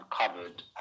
uncovered